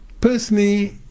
personally